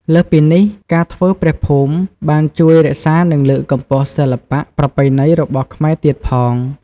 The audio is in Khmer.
លើសពីនេះ ការធ្វើព្រះភូមិបានជួយរក្សានិងលើកកម្ពស់សិល្បៈប្រពៃណីរបស់ខ្មែរទៀតផង។